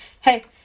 Hey